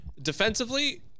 Defensively